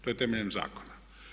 To je temeljem zakona.